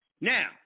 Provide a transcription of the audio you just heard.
Now